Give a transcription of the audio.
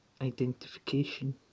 identification